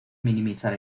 minimizar